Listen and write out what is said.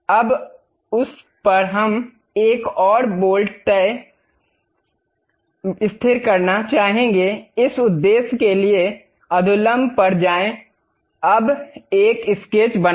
अब उस पर हम एक और बोल्ट तय करना चाहेंगे इस उद्देश्य के लिए अधोलंब पर जाएं अब एक स्केच बनाएं